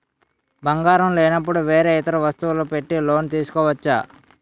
బంగారం లేనపుడు వేరే ఇతర వస్తువులు పెట్టి లోన్ తీసుకోవచ్చా?